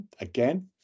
again